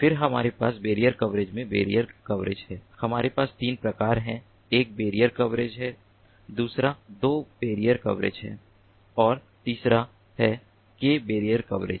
फिर हमारे पास बैरियर कवरेज में बैरियर कवरेज है हमारे पास तीन प्रकार हैं एक बैरियर कवरेज है दूसरा दो बैरियर कवरेज है और तीसरा है K बैरियर कवरेज